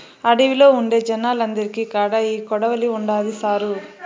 అడవిలో ఉండే జనాలందరి కాడా ఈ కొడవలి ఉండాది సారూ